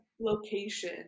location